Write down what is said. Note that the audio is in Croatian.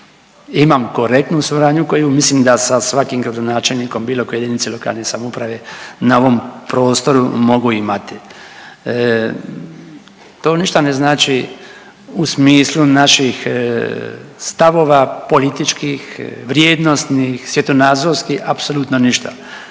imam korektnu suradnju koju mislim da sa svakim gradonačelnikom bilo koje jedinice lokalne samouprave na ovom prostoru mogu imati. To ništa ne znači u smislu naših stavova političkih, vrijednosnih, svjetonazorskih apsolutno ništa.